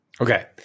Okay